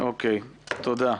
תודה.